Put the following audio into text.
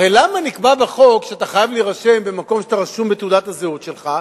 הרי למה נקבע בחוק שאתה חייב להירשם במקום שאתה רשום בתעודת הזהות שלך?